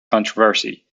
controversy